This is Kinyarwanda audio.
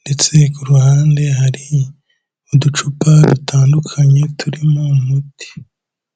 ndetse ku ruhande hari uducupa dutandukanye turimo umuti.